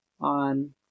on